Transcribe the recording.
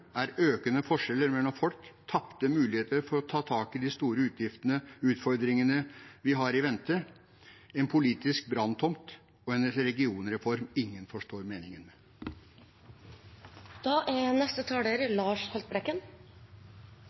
er økende forskjeller mellom folk, tapte muligheter for å ta tak i de store utfordringene vi har i vente, en politisk branntomt – og en regionreform ingen forstår meningen med. Kutte, skape, dele. Dette er